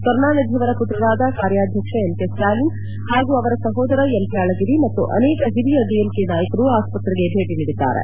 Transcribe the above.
ಕರುಣಾನಿಧಿಯವರ ಪುತ್ರರಾದ ಕಾರ್ಯಾಧ್ವಕ್ಷ M K Stalin ಹಾಗೂ ಅವರ ಸಹೋದರ ಎಂ ಕೆ ಅಳಗಿರಿ ಮತ್ತು ಅನೇಕ ಓರಿಯ ಡಿಎಂಕೆ ನಾಯಕರು ಆಸ್ತ್ರೆಗೆ ಭೇಟಿ ನೀಡಿದ್ದಾರೆ